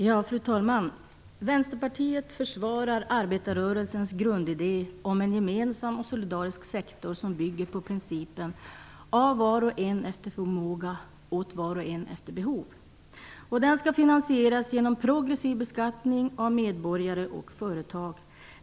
Fru talman! Vänsterpartiet försvarar arbetarrörelsens grundidé om en gemensam solidarisk sektor som bygger på principen: Av var och en efter förmåga, åt var och en efter behov. Den skall finansieras genom progressiv beskattning av medborgare och företag.